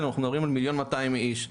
אנחנו מדברים על 1.2 מיליון איש.